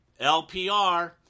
LPR